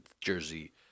Jersey